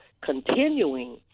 continuing